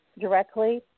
directly